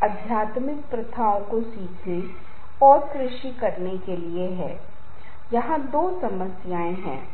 तो आपके कुछ अजीब व्यवहार चलें जाएंगे जिससे आपके अजीब व्यवहार के कारण तनावपूर्ण व्यवहार की संभावना अधिक